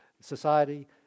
society